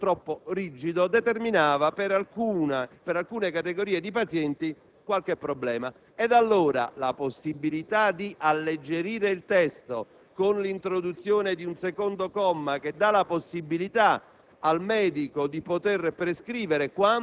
rilevato che probabilmente un criterio troppo rigido determinava per alcune categorie di pazienti qualche problema. Pertanto, la possibilità di alleggerire il testo con l'introduzione di un secondo comma che dà la possibilità